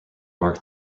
marked